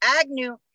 Agnew